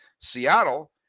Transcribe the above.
Seattle